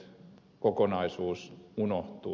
nyt kokonaisuus unohtuu